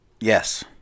Yes